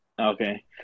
Okay